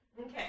Okay